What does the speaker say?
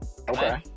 Okay